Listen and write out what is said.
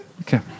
Okay